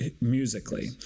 musically